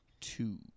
two